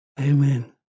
Amen